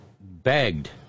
begged